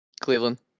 Cleveland